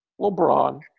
LeBron